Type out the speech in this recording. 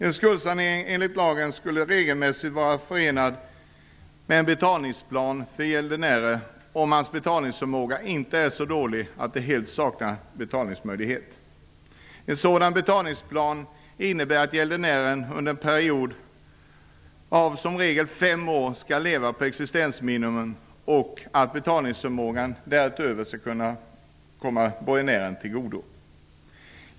En skuldsanering enligt lagen skall regelmässigt vara förenad med en betalningsplan för gäldenären, om hans betalningsförmåga inte är så dålig att det helt saknas betalningsmöjligheter. En sådan betalningsplan innebär att gäldenären under en period av som regel fem år skall leva på existensminimum och att betalningsförmågan därutöver skall komma borgenärerna till godo.